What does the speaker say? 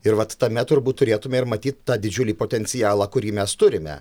ir vat tame turbūt turėtume ir matyt tą didžiulį potencialą kurį mes turime